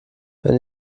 wenn